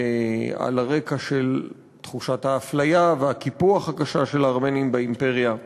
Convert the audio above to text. ועל הרקע של תחושת האפליה והקיפוח הקשה של הארמנים באימפריה.